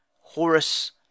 horus